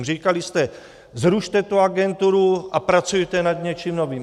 Říkali jste: zrušte tu agenturu a pracujte nad něčím novým.